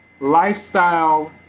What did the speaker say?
lifestyle